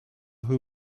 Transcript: who